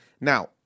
Now